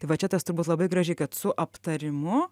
tai va čia tas turbūt labai gražiai kad su aptarimu